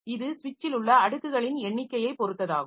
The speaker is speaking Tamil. இது ஸ்விட்ச்சில் உள்ள அடுக்குகளின் எண்ணிக்கையைப் பொறுத்தது ஆகும்